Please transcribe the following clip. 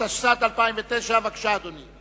התשס"ט 2009. בבקשה, אדוני.